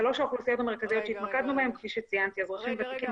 שלוש האוכלוסיות הראשונות שהתמקדנו בהן כפי שציינתי אזרחים ותיקים,